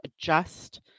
adjust